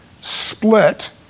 split